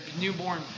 newborn